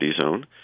zone